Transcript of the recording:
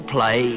Play